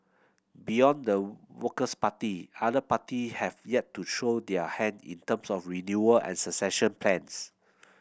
beyond the Works Party other party have yet to show their hand in terms of renewal and succession plans